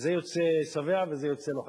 זה יוצא שבע וזה יוצא לא חסר.